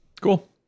Cool